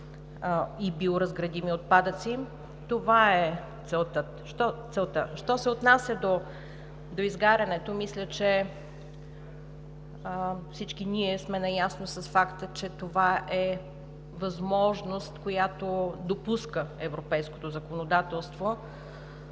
и биоразградими отпадъци. Това е целта. Що се отнася до изгарянето, мисля, че всички ние сме наясно с факта, че това е възможност, която европейското законодателство